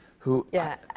who yeah,